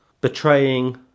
betraying